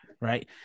right